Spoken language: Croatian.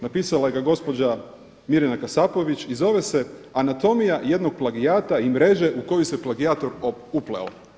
Napisala ga je gospođa Mirjana Kasapović i zove se „Anatomija jednog plagijata i mreže u koju se plagijator upleo“